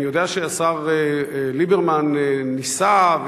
אני יודע שהשר ליברמן ניסה,